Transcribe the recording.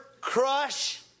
crush